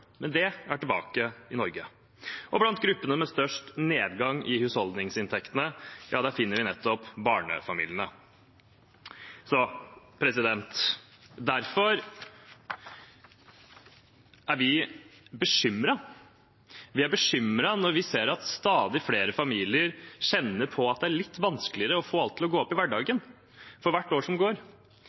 men det er tilbake i Norge. Blant gruppene med størst nedgang i husholdningsinntektene, finner vi nettopp barnefamiliene. Derfor er vi bekymret. Vi er bekymret når vi ser at stadig flere familier kjenner på at det er litt vanskeligere å få alt til å gå opp i hverdagen for hvert år som går.